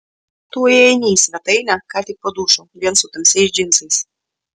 tu įeini į svetainę ką tik po dušo vien su tamsiais džinsais